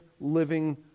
living